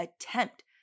attempt